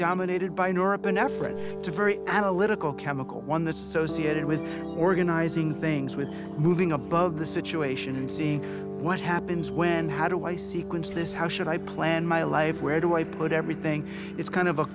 dominated by norepinephrine to very analytical chemical one the sociate it with organizing things with moving above the situation and seeing what happens when how do i sequence this how should i plan my life where do i put everything it's kind of a